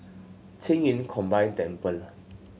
Qing Yun Combine Temple